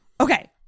okay